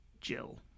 Jill